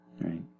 Right